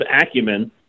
acumen